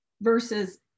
Versus